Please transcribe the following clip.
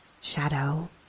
Shadow